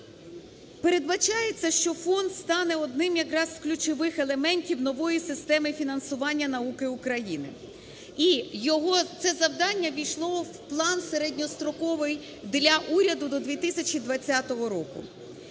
Передбачається, що фонд стане одним якраз з ключових елементів нової системи фінансування науки України, і це завдання ввійшло в план середньостроковий для уряду до 2020 року.